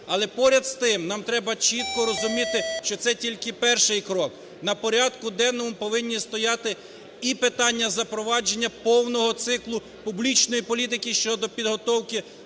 Але поряд з тим нам треба чітко розуміти, що це тільки перший крок. На порядку денному повинні стояти і питання запровадження повного циклу публічної політики щодо підготовки